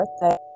birthday